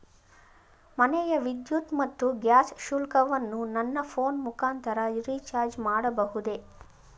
ಮನೆಯ ವಿದ್ಯುತ್ ಮತ್ತು ಗ್ಯಾಸ್ ಶುಲ್ಕವನ್ನು ನನ್ನ ಫೋನ್ ಮುಖಾಂತರ ರಿಚಾರ್ಜ್ ಮಾಡಬಹುದೇ?